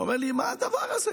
אומר לי: מה הדבר הזה?